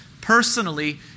personally